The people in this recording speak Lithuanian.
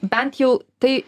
bent jau tai